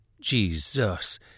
Jesus